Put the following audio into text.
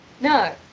no